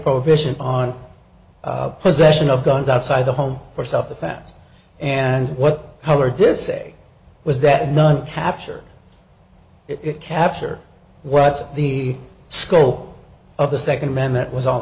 prohibition on possession of guns outside the home for self defense and what howard to say was that none capture it capture what's the scope of the second amendment was all